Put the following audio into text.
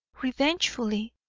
revengefully,